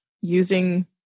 using